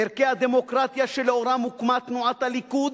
ערכי הדמוקרטיה, שלאורם הוקמה תנועת הליכוד,